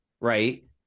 right